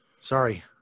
Sorry